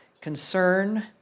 concern